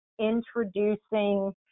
introducing